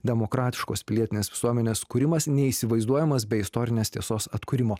demokratiškos pilietinės visuomenės kūrimas neįsivaizduojamas be istorinės tiesos atkūrimo